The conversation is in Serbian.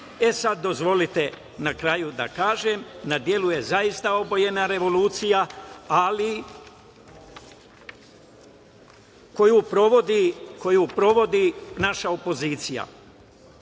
dozvolite na kraju da kažem, na delu je zaista obojena revolucija, ali koju provodi naša opozicija.